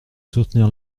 soutenir